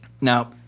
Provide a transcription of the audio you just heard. now